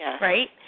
Right